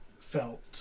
felt